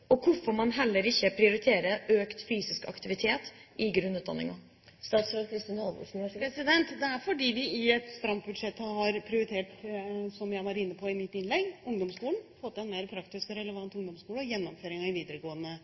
og hvorfor prioriterer man heller ikke økt fysisk aktivitet i grunnutdanningen? Det er fordi vi i et stramt budsjett har prioritert, som jeg var inne på i mitt innlegg, ungdomsskolen – få til en mer praktisk og relevant ungdomsskole – og gjennomføringen i videregående